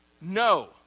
No